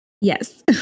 Yes